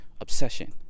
obsession